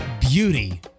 beauty